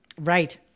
Right